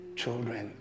children